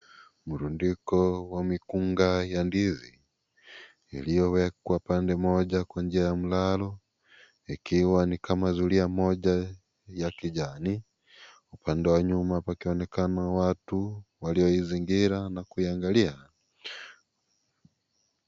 Mrundiko wa mikunga ya ndizi iliyowekwa pande moja kwa njia mlalo ikiwa ni kama zuria moja ya kijani upande wa nyuma pakionekana watu waioizingira na kuiangalia .